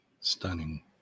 stunning